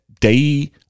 day